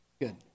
Good